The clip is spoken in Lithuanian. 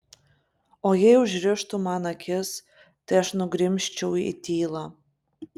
o jei užrištų man akis tai aš nugrimzčiau į tylą